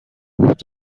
بود